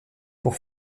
pour